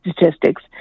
statistics